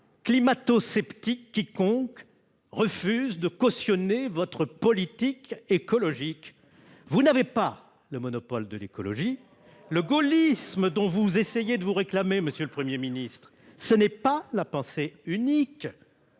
climatosceptique quiconque refuse de cautionner votre politique écologique. Vous n'avez pas le monopole de l'écologie. Le gaullisme, dont vous essayez de vous réclamer, monsieur le Premier ministre, ce n'est pas la pensée unique.